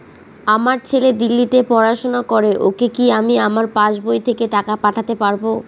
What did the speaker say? আমার ছেলে দিল্লীতে পড়াশোনা করে ওকে কি আমি আমার পাসবই থেকে টাকা পাঠাতে পারব?